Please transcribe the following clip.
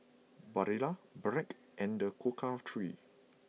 Barilla Bragg and The Cocoa Trees